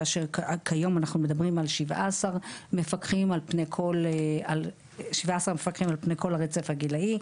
כאשר כיום אנחנו מדברים על 17 מפקחים על פני כל הרצף הגילאי,